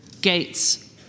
Gates